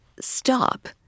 stop